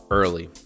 early